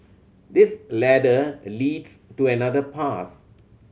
this ladder leads to another path